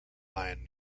line